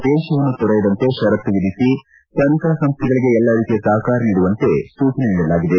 ದೇಶವನ್ನು ತೊರೆಯದಂತೆ ಶೆರತ್ತು ವಿಧಿಸಿ ತನಿಖಾ ಸಂಸ್ಥೆಗಳಿಗೆ ಎಲ್ಲಾ ರೀತಿಯ ಸಹಕಾರ ನೀಡುವಂತೆ ಸೂಚನೆ ನೀಡಿದೆ